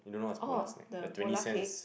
oh the Polar cake